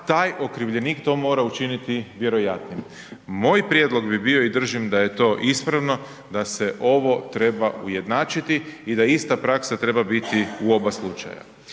taj okrivljenik to mora učiniti vjerojatnim. Moj prijedlog bi bio i držim da je to ispravno, da se ovo treba ujednačiti i da ista praksa treba biti u oba slučaja.